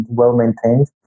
well-maintained